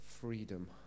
freedom